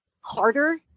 harder